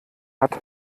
hat